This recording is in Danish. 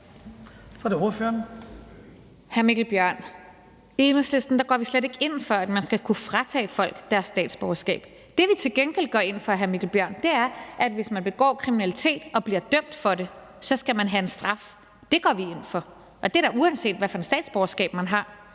Rosa Lund (EL): Hr. Mikkel Bjørn, i Enhedslisten går vi slet ikke ind for, at man skal kunne fratage folk deres statsborgerskab. Det, vi til gengæld går ind for, er, at hvis man begår kriminalitet og bliver dømt for det, så skal man have en straf. Det går vi ind for, og det er da, uanset hvad for et statsborgerskab man har.